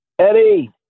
Eddie